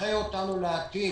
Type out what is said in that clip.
שינחה אותנו בעתיד.